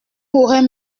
pourrais